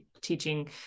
teaching